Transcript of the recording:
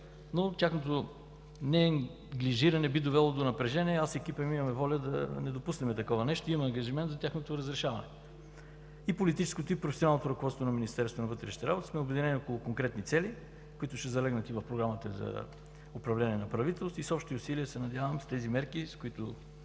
но тяхното неглижиране би довело до напрежение. Аз и екипът ми имаме воля да не допуснем такова нещо. Имаме ангажимент за тяхното разрешаване. Политическото и професионалното ръководство на Министерство на вътрешните работи сме обединени около конкретни цели, които ще залегнат и в Програмата за управление на правителството и с общи усилия се надявам с тези мерки, които